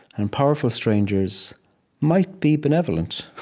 and powerful strangers might be benevolent,